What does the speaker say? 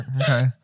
Okay